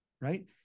Right